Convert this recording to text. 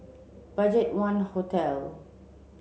BudgetOne Hotel